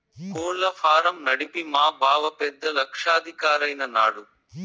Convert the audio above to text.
కోళ్ల ఫారం నడిపి మా బావ పెద్ద లక్షాధికారైన నాడు